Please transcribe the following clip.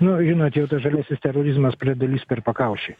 nu žinot jau tas žaliasis terorizmas pradeda lįst per pakaušį